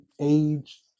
age